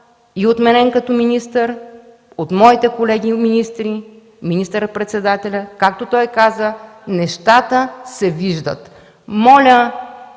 и от мен като министър, от моите колеги министри, от министър-председателя. Както той казва – нещата се виждат.